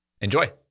Enjoy